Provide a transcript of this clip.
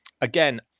again